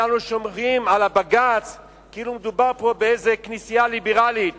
אנחנו שומרים על הבג"ץ כאילו מדובר פה באיזו כנסייה ליברלית